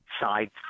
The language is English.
side